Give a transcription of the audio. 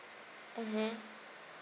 mmhmm